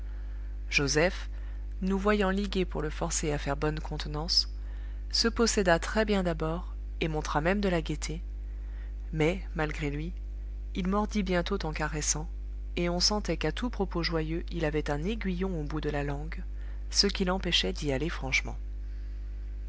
joseph nous voyant ligués pour le forcer à faire bonne contenance se posséda très-bien d'abord et montra même de la gaieté mais malgré lui il mordit bientôt en caressant et on sentait qu'à tout propos joyeux il avait un aiguillon au bout de la langue ce qui l'empêchait d'y aller franchement